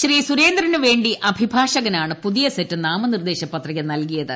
്സുരേന്ദ്രന് വേണ്ടി അഭിഭാഷകനാണ്പുതിയ സെറ്റ് നാമുന്നീർദ്ദേശ പത്രിക നൽകിയത്